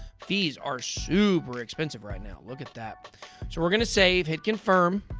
fees are super expensive right now. look at that. so we're going to save, hit confirm.